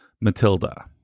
Matilda